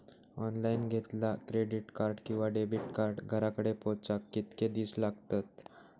Online घेतला credit card किंवा debit card घराकडे पोचाक कितके दिस लागतत?